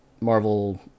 Marvel